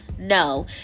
No